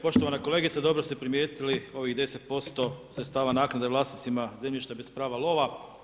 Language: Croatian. Poštovana kolegice dobro ste primijetili ovih 10 % sredstava naknade vlasnicima zemljišta bez prava lova.